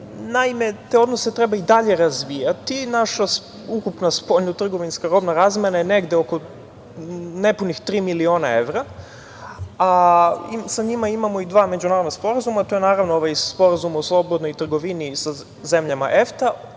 Naime, te odnose treba i dalje razvijati. Naša ukupna spoljno-trgovinska razmena je negde oko nepunih tri miliona evra, a sa njima imamo i dva međunarodna sporazuma. To je, naravno, ovaj sporazum o slobodnoj trgovini sa zemljama EFTA,